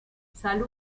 salud